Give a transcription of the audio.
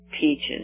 peaches